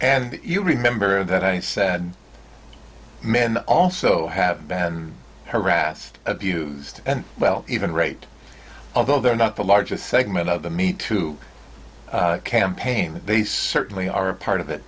that you remember that i said men also have been harassed abused and well even rate although they're not the largest segment of the meet to campaign they certainly are a part of it